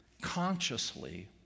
consciously